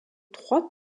trois